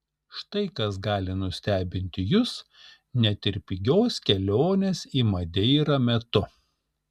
štai kas gali nustebinti jus net ir pigios kelionės į madeirą metu